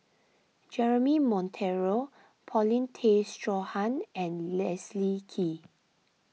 Jeremy Monteiro Paulin Tay Straughan and Leslie Kee